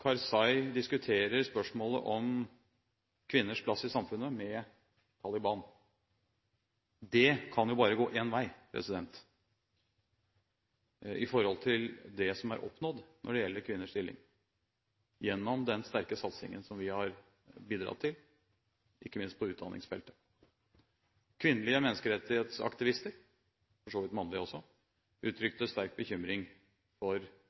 Karzai diskuterer spørsmålet om kvinners plass i samfunnet med Taliban. Det kan jo bare gå én vei i forhold til det som er oppnådd når det gjelder kvinners stilling, gjennom den sterke satsingen som vi har bidratt til, ikke minst på utdanningsfeltet. Kvinnelige menneskerettighetsaktivister – for så vidt mannlige også – uttrykte sterk bekymring for